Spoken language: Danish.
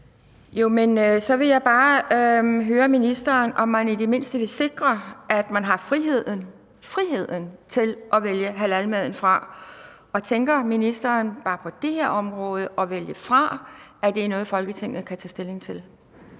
(DF): Så vil jeg bare høre ministeren, om han i det mindste vil sikre, at man har friheden – friheden – til at vælge halalmaden fra. Og tænker ministeren – bare på det her område om at vælge fra – at det er noget, Folketinget kan tage stilling til?